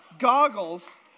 goggles